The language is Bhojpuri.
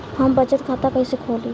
हम बचत खाता कइसे खोलीं?